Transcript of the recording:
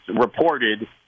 reported